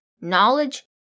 knowledge